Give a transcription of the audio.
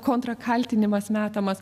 kontrakaltinimas metamas